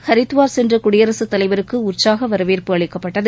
ஹித்துவார் சென்ற குடியரசுத்தலைவருக்கு உற்சாக வரவேற்பு அளிக்கப்பட்டது